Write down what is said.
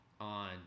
on